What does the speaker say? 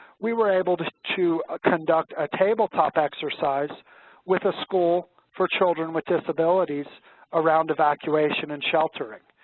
we were able to to ah conduct a tabletop exercise with a school for children with disabilities around evacuation and sheltering.